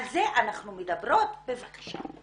על זה אנחנו מדברות, בבקשה.